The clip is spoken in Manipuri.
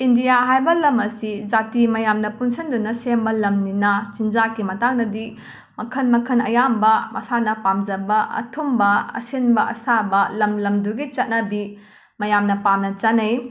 ꯏꯟꯗ꯭ꯌꯥ ꯍꯥꯏꯕ ꯂꯝ ꯑꯁꯤ ꯖꯥꯇꯤ ꯃꯌꯥꯝꯅ ꯄꯨꯟꯁꯤꯟꯗꯨꯅ ꯁꯦꯝꯕ ꯂꯝꯅꯤꯅ ꯆꯤꯟꯖꯥꯛꯀꯤ ꯃꯇꯥꯡꯗꯗꯤ ꯃꯈꯜ ꯃꯈꯜ ꯑꯌꯥꯝꯕ ꯃꯁꯥꯅ ꯄꯥꯝꯖꯕ ꯑꯊꯨꯝꯕ ꯑꯁꯤꯟꯕ ꯑꯁꯥꯕ ꯂꯝ ꯂꯝꯗꯨꯒꯤ ꯆꯠꯅꯕꯤ ꯃꯌꯥꯝꯅ ꯄꯥꯝꯅ ꯆꯥꯅꯩ